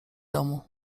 domu